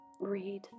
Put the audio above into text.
read